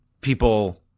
people